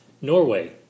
Norway